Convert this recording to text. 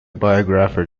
biographer